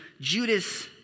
Judas